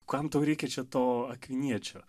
kam tau reikia čia to akviniečio